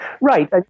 Right